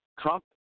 Trump